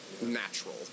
natural